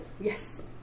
Yes